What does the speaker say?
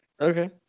Okay